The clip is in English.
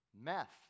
meth